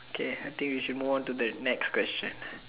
okay I think we should move on to the next question